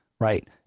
Right